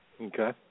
Okay